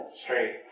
straight